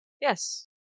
yes